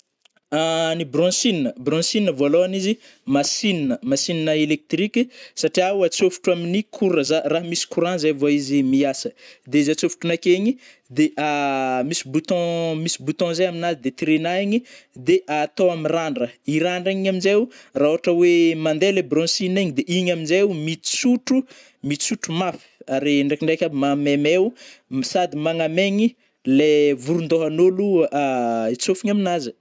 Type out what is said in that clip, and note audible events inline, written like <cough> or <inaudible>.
<hesitation> Ny brushing- brushing vôloagny izy masignina-masignina elektriky satriao atsôfotro amin'ny coura- za raha ny misy courant zay vao izy miasa, de izy atsofotrinao akeo igny de <hesitation> misy bouton- misy bouton zay aminazy di tiregna igny de atô am randragna, i randragna igny amzay o rah ôhatra oe mandeha le brushing igny de igny amzay o mitsotro- mitsotro mafy ary ndrekindreky aby mahamaimay o m-sady magnamegny le voron-dôhanôlo <hesitation> i tsofony aminazy.